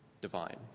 divine